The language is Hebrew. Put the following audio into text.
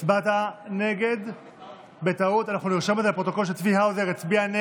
62, נגד, אחד, אין